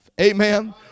amen